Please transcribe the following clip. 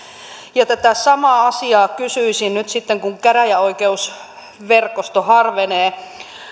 tätä samaa asiaa kysyisin nyt sitten kun käräjäoikeusverkosto harvenee